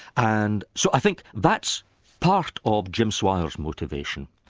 and so i think that's part of jim swire's motivation,